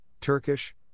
Turkish